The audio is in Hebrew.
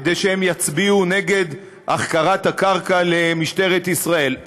כדי שהם יצביעו נגד החכרת הקרקע למשטרת ישראל.